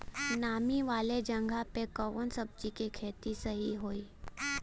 नामी वाले जगह पे कवन सब्जी के खेती सही होई?